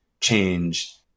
change